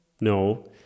No